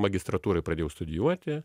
magistratūroj pradėjau studijuoti